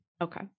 Okay